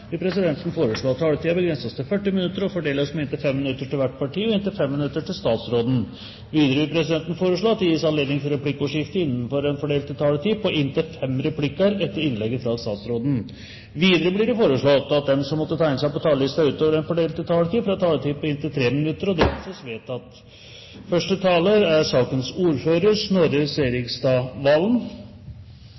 vil presidenten foreslå at taletiden begrenses til 40 minutter og fordeles med inntil 5 minutter til hvert parti og inntil 5 minutter til statsråden. Videre vil presidenten foreslå at det gis anledning til replikkordskifte på inntil fem replikker etter innlegget fra statsråden innenfor den fordelte taletid. Videre blir det foreslått at de som måtte tegne seg på talerlisten utover den fordelte taletid, får en taletid på inntil 3 minutter. – Det anses vedtatt. Denne saken ble debattert for mindre enn ett år siden i denne salen, og loven som det er